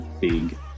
big